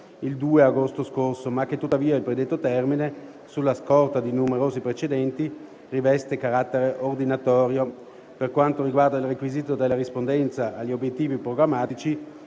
il 2 agosto scorso, ma che tuttavia il predetto termine, sulla scorta di numerosi precedenti, riveste carattere ordinatorio. Per quanto riguarda il requisito della rispondenza agli obiettivi programmatici,